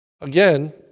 Again